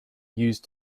used